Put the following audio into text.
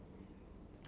or